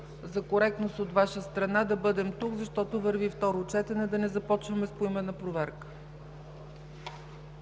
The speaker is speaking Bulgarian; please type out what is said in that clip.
за коректност от Ваша страна да бъдем тук, защото върви второ четене, да не започваме с поименна проверка.